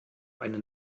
eine